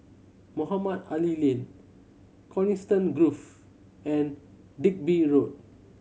Mohamed Ali Lane Coniston Grove and Digby Road